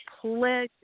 pleasure